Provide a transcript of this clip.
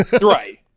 Right